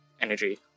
energy